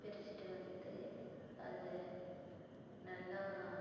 பறிச்சிட்டு வந்து அதை நல்லா